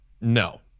No